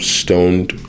stoned